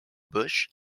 bush